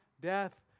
death